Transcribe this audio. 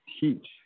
teach